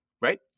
right